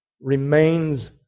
remains